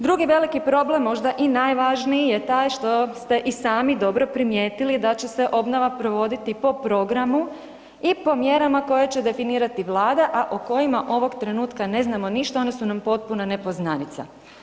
Drugi veliki problem, možda i najvažnije taj što ste i sami dobro primijetili da će se obnova provoditi po programu i po mjerama koje će definirati Vlada, a o kojima ovog trenutka ne znamo ništa one su nam potpuna nepoznanica.